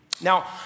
Now